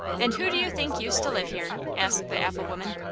and who do you think used to live here? asked the apple-woman.